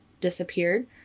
disappeared